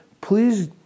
please